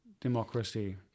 democracy